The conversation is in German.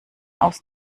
aus